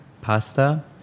pasta